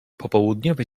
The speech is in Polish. popołudniowe